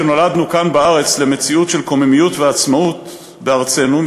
שנולדנו כאן בארץ למציאות של קוממיות ועצמאות בארצנו,